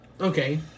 okay